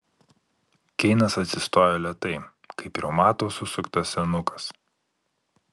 keinas atsistojo lėtai kaip reumato susuktas senukas